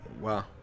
Wow